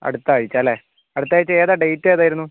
അടുത്ത ആഴ്ച അല്ലേ അടുത്ത ആഴ്ച ഏതാണ് ഡേറ്റ് ഏതായിരുന്നു